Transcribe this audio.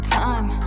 time